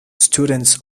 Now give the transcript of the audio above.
students